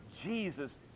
Jesus